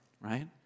right